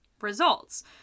results